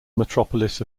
metropolis